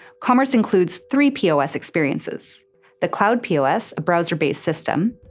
commerce includes three pos experiences the cloud pos, a browser-based system,